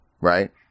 Right